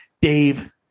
Dave